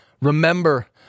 Remember